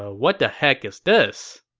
ah what the heck is this?